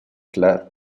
claro